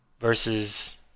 versus